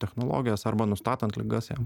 technologijas arba nustatant ligas jam